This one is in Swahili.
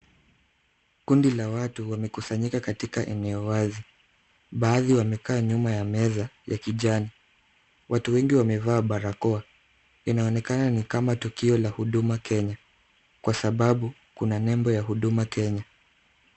Kundi la watu wamekusanyika katika eneo wazi baadhi wamekaa nyuma ya meza ya kijani, watu wengi wamevaa barakoa , inaonekana ni kama tukio la Huduma Kenya ,kwa sababu kuna nembo ya Huduma Kenya .